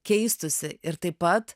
keistųsi ir taip pat